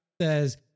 says